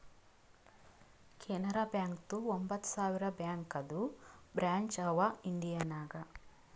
ಕೆನರಾ ಬ್ಯಾಂಕ್ದು ಒಂಬತ್ ಸಾವಿರ ಬ್ಯಾಂಕದು ಬ್ರ್ಯಾಂಚ್ ಅವಾ ಇಂಡಿಯಾ ನಾಗ್